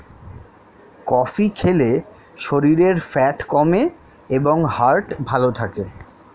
coffee খেলে শরীরের fat কমে এবং হার্ট ভালো থাকে